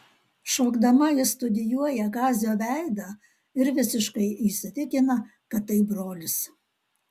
šokdama ji studijuoja kazio veidą ir visiškai įsitikina kad tai brolis